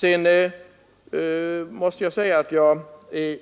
Jag måste säga att jag är